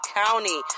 county